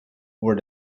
were